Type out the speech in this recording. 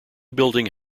building